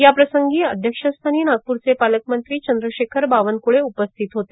याप्रसंगी अध्यक्षस्थानी नागप्रचे पालकमंत्री चंद्रशेखर बावनक्ळे उपास्थित होते